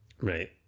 Right